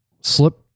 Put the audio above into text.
slip